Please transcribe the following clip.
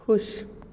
खु़शि